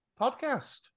podcast